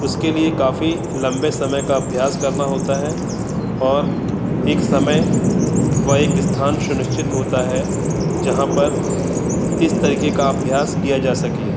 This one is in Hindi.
उसके लिए काफ़ी लंबे समय का अभ्यास करना होता है और एक समय व एक स्थान सुनिश्चित होता है जहाँ पर इस तरीक़े का अभ्यास किया जा सके